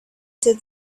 did